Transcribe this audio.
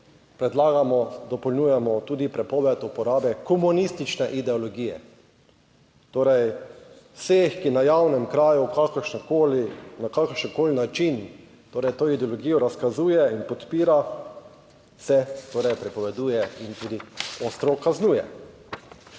predlagamo, dopolnjujemo tudi prepoved uporabe komunistične ideologije, torej vseh, ki na javnem kraju na kakršenkoli način torej to ideologijo razkazuje in podpira, se torej prepoveduje in tudi ostro kaznuje.